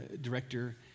director